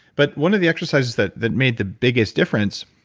but one of the exercises that that made the biggest difference,